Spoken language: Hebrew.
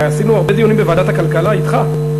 ועשינו הרבה דיונים בוועדת הכלכלה אתך,